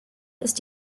ist